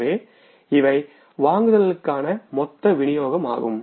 எனவே இவை வாங்குதல்களுக்கான மொத்த விநியோகமாகும்